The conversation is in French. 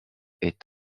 est